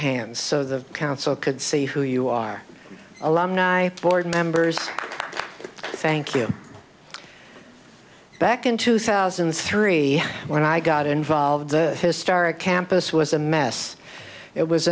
so the council could see who you are a lot and i board members thank you back in two thousand and three when i got involved the historic campus was a mess it was